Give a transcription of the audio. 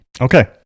Okay